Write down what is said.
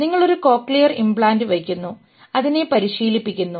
നിങ്ങളൊരു cochlear implant വയ്ക്കുന്നു അതിനെ പരിശീലിപ്പിക്കുന്നു